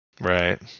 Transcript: Right